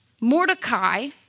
Mordecai